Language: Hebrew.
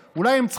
אולי גם לפיד,